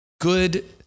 good